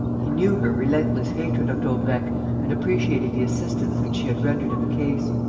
he knew her relentless hatred of daubrecq and appreciated the assistance which she had rendered in the case.